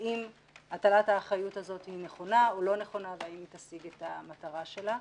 - האם הטלת האחריות הזאת נכונה או לא נכונה והאם היא תשיג את המטרה שלה.